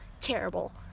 terrible